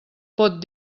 pot